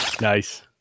Nice